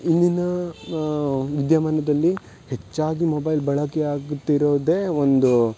ಇಂದಿನ ವಿದ್ಯಮಾನದಲ್ಲಿ ಹೆಚ್ಚಾಗಿ ಮೊಬೈಲ್ ಬಳಕೆ ಆಗ್ತಿರೋದೇ ಒಂದು